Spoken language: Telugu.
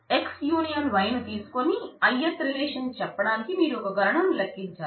X U Y ను తీసుకునే ith రిలేషన్ చెప్పడానికి మీరు ఒక గణనను లెక్కించారు